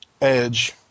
Edge